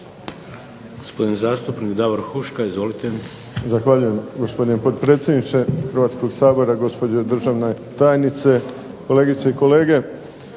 Gospodin zastupnik Davor Huška. Izvolite.